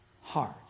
heart